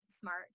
smart